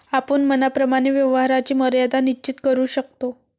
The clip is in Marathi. आपण मनाप्रमाणे व्यवहाराची मर्यादा निश्चित करू शकतो